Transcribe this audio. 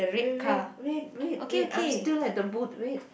wait wait wait wait wait I'm still at the boot wait